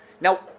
Now